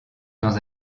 dans